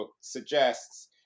suggests